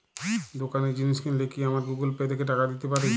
দোকানে জিনিস কিনলে কি আমার গুগল পে থেকে টাকা দিতে পারি?